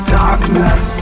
darkness